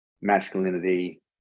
masculinity